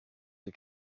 der